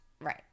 Right